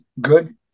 good